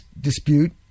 dispute